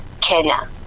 kenya